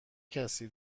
کسی